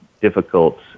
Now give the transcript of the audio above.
difficult